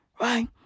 Right